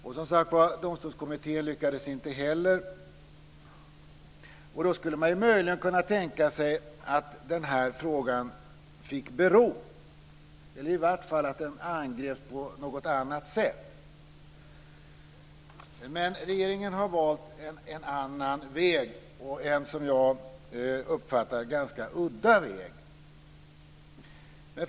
Och Domstolskommittén lyckades som sagt var inte heller. Då skulle man möjligen kunna tänka sig att den här frågan fick bero, eller i vart fall att den angreps på något annat sätt. Men regeringen har valt en annan väg, en som jag uppfattar det ganska udda väg.